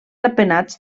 ratpenats